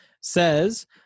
says